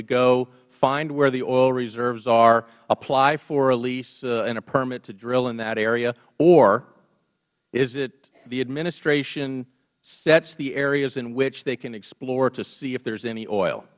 to go find where the oil reserves are apply for a lease and a permit to drill in that area or is it the administration sets the areas in which they can explore to see if there is any oil